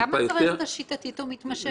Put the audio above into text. למה צריך את ה- "שיטתית ומתמשכת"?